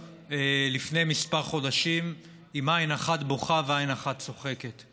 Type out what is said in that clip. לפני כמה חודשים עם עין אחת בוכה ועין אחת צוחקת.